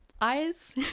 eyes